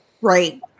Right